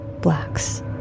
blacks